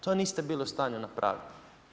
To niste bili u stanju napraviti.